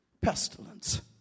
pestilence